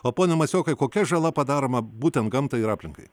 o pone masiokai kokia žala padaroma būtent gamtai ir aplinkai